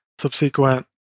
subsequent